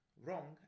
wrong